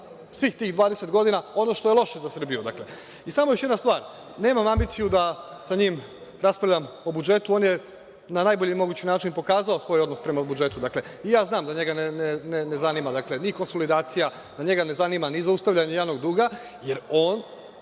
svih tih 20 godina ono što je loše za Srbiju. Samo još jedna stvar. Nemam ambiciju da sa njim raspravljam o budžetu, on je na najbolji mogući način pokazao svoj odnos prema budžetu, dakle, i znam da njega ne zanima ni konsolidacija, da njega ne zanima ni zaustavljanje javnog duga, jer on